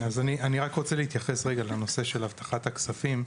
אני רק רוצה להתייחס רגע לנושא של הבטחת הכספים.